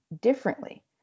differently